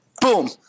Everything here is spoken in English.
boom